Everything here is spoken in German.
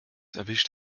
erwischt